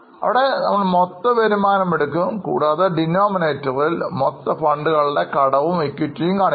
അവിടെ നമ്മൾ മൊത്തം വരുമാനം എടുക്കും കൂടാതെ ഡിനോമിനേറ്റ്റിൽ മൊത്തം ഫണ്ടുകളുടെ കടവും ഇക്വിറ്റിയും കാണിക്കും